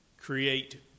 create